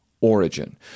origin